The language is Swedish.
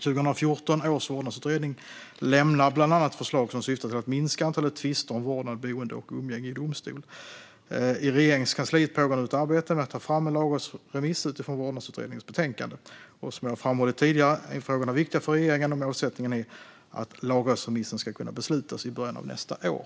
2014 års vårdnadsutredning lämnar bland annat förslag som syftar till att minska antalet tvister om vårdnad, boende och umgänge i domstol. I Regeringskansliet pågår nu ett arbete med att ta fram en lagrådsremiss utifrån vårdnadsutredningens betänkande. Som jag har framhållit tidigare är frågorna viktiga för regeringen, och målsättningen är att lagrådsremissen ska kunna beslutas i början av nästa år.